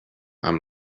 amb